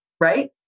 right